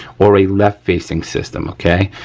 or a left facing system, okay.